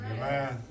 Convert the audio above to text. Amen